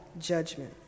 judgment